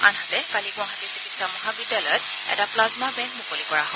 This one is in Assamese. আনহাতে কালি গুৱাহাটী চিকিৎসা মহাবিদ্যালয়ত এটা প্লাজমা বেংক মুকলি কৰা হয়